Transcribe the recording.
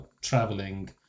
traveling